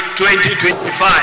2025